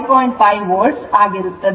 5 volt ಆಗಿರುತ್ತದೆ